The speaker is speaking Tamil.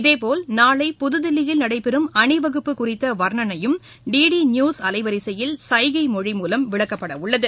இதேபோல் நாளை புதுதில்லியில் நடைபெறும் அணிவகுப்பு குறித்த வர்ணனையும் டி டி நியூஸ் அலைவரிசையில் சைகை மொழி மூலம் விளக்கப்பட உள்ளது